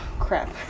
crap